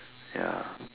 ya